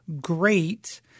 great